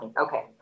Okay